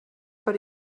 per